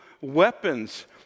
weapons